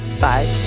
Bye